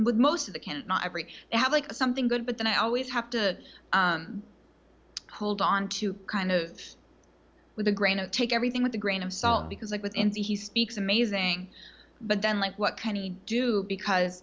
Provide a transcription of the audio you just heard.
with most of the can't not every ad like something good but then i always have to hold on to kind of with a grain of take everything with a grain of salt because like within he speaks amazing but then like what kenny do because